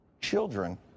Children